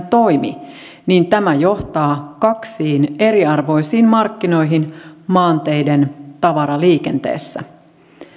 toimi niin tämä johtaa kaksiin eriarvoisiin markkinoihin maanteiden tavaraliikenteessä